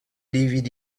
dvd